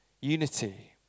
unity